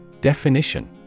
Definition